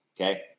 okay